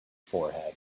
forehead